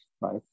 right